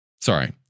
Sorry